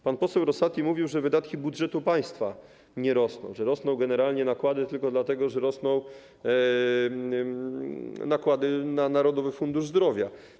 Pan poseł Rosati mówił, że wydatki budżetu państwa nie rosną, że nakłady rosną generalnie tylko dlatego, że rosną nakłady na Narodowy Fundusz Zdrowia.